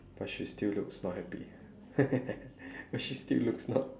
but she still looks not happy but she still looks not